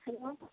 hello